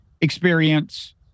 experience